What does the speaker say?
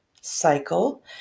cycle